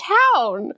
town